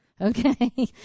okay